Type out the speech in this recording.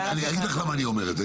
אגיד לך למה אני אומר את זה,